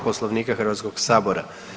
Poslovnika Hrvatskog sabora.